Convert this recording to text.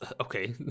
okay